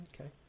okay